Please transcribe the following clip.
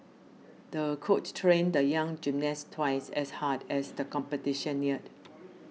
the coach trained the young gymnast twice as hard as the competition neared